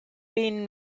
been